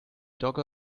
dogge